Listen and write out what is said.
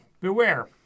beware